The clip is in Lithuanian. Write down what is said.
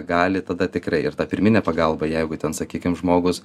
gali tada tikrai ir ta pirminė pagalba jeigu ten sakykim žmogus